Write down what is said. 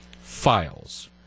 files